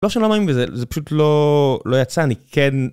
לא שאני לא מאמין בזה, זה פשוט לא יצא, אני כן...